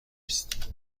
است